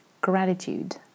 Gratitude